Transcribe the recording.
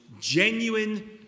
genuine